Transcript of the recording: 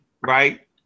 right